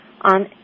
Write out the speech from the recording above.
On